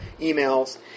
emails